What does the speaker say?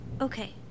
Okay